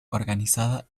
organizada